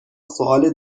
سوال